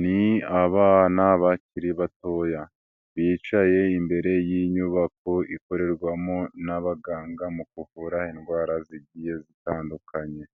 Ni abana bakiri batoya bicaye imbere y'inyubako ikorerwamo n'abaganga mu kuvura indwara zigiye zitandukanye,